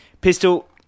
Pistol